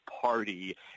party